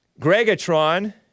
Gregatron